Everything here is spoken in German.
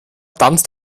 tanzt